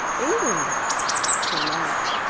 england, then he laughed.